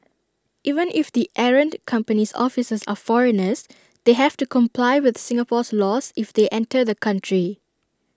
even if the errant company's officers are foreigners they have to comply with Singapore's laws if they enter the country